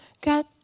God